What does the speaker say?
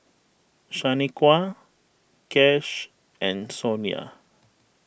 Shanequa Kash and Sonya